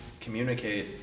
communicate